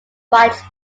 fights